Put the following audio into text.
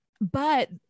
but-